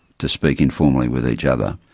to speak informally with each other.